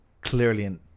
clearly